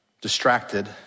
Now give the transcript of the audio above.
distracted